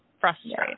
frustrating